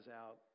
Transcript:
out